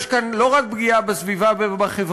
יש כאן לא רק פגיעה בסביבה ובחברה,